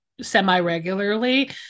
semi-regularly